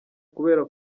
kubera